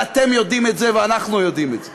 ואתם יודעים את זה, ואנחנו יודעים את זה.